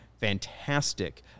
fantastic